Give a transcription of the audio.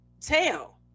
tell